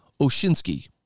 Oshinsky